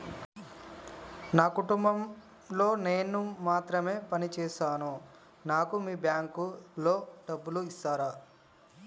నా కుటుంబం లో నేను మాత్రమే పని చేస్తాను నాకు మీ బ్యాంకు లో డబ్బులు ఇస్తరా?